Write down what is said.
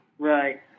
Right